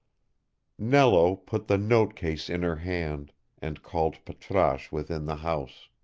nello put the note-case in her hand and called patrasche within the house.